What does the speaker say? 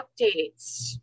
updates